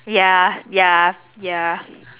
ya ya ya